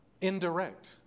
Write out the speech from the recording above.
indirect